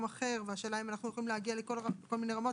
אחר והשאלה אם אנחנו יכולים להגיע לכל מיני רמות,